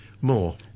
More